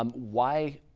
um why,